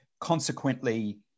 consequently